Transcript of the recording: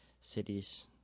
cities